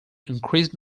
increased